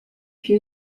più